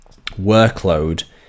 workload